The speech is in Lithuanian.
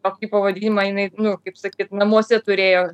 kokį pavadinimą jinai nu kaip sakyt namuose turėjo